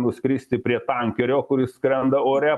nuskristi prie tankerio kuris skrenda ore